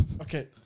Okay